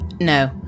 no